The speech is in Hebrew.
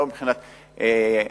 לא מבחינת קרינה.